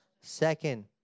Second